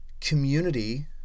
Community